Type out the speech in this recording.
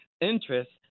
interest